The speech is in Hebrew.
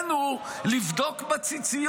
אתם הבאתם עלינו את הטבח,